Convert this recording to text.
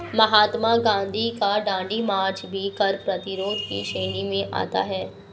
महात्मा गांधी का दांडी मार्च भी कर प्रतिरोध की श्रेणी में आता है